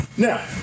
Now